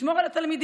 לשמור על התלמידים.